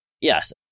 Yes